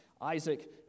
Isaac